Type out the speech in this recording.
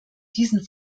diesen